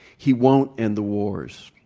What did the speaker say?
he won't end the wars.